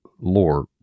lore